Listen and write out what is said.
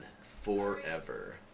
forever